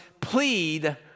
Plead